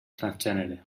transgènere